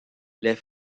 les